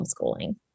homeschooling